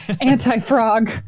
Anti-frog